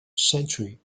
century